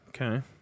Okay